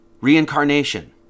Reincarnation